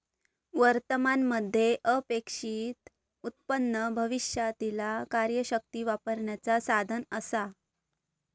वर्तमान मध्ये अपेक्षित उत्पन्न भविष्यातीला कार्यशक्ती वापरण्याचा साधन असा